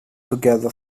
together